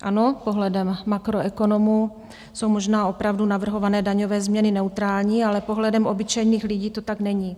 Ano, pohledem makroekonomů jsou možná opravdu navrhované daňové změny neutrální, ale pohledem obyčejných lidí to tak není.